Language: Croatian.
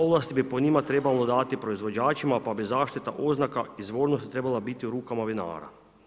Ovlasti bi po njima, trebalo dati proizvođačima, pa bi zaštita oznaka izvornosti trebala biti u rukama vinara.